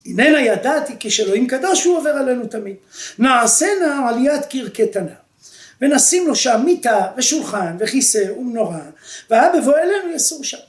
‫הננה ידעתי כשאלוהים קדוש ‫הוא עובר עלינו תמיד. ‫נעשינה על יד קיר קטנה, ‫ונשים לו שם מיטה ושולחן ‫וכיסא ומנורה, ‫והיה בבואו אלינו יסור שם.